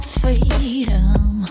freedom